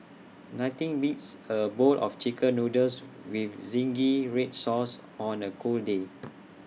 nothing beats A bowl of Chicken Noodles with Zingy Red Sauce on A cold day